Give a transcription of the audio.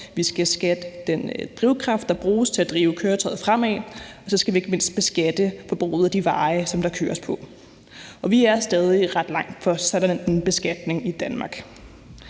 vi skal beskatte den drivkraft, der bruges til at drive køretøjet fremad, og at vi ikke mindst også skal beskatte forbruget af de veje, som der køres på, og vi er stadig ret langt fra sådan en beskatning i Danmark.